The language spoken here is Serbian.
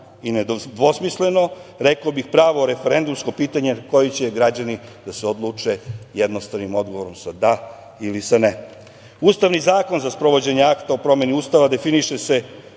i nedvosmisleno, rekao bih pravo referendumsko pitanje na koje će građani da se odluče jednostavnim odgovorom sa da ili sa ne. Ustavni zakon za sprovođenje akta o promeni Ustava definiše se